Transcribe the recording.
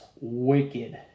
wicked